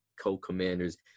co-commanders